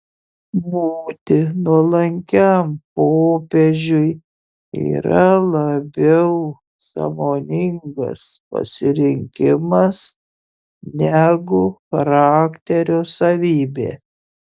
būti nuolankiam popiežiui yra labiau sąmoningas pasirinkimas negu charakterio savybė